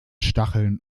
stacheln